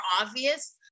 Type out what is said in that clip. obvious